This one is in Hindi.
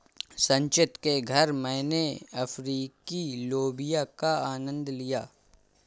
संचित के घर मैने अफ्रीकी लोबिया का आनंद लिया